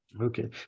Okay